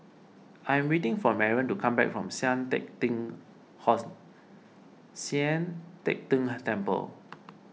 I am waiting for Maren to come back from Sian Teck Tng horse Sian Teck Tng Temple